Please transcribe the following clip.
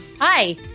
Hi